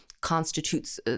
constitutes